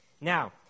Now